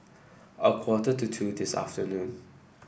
a quarter to two this afternoon